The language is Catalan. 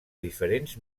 diferents